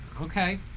Okay